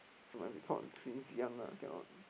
you must be taught since young ah cannot